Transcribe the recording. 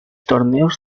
torneos